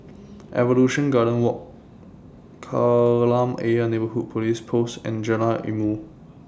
Evolution Garden Walk Kolam Ayer Neighbourhood Police Post and Jalan Ilmu